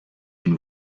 une